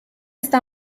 está